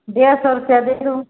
डेढ़ सौ रुपया दे दो